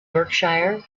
berkshire